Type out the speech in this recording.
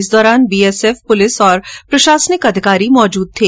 इस दौरान बीएसएफ पुलिस और प्रशासनिक अधिकारी मौजूद थे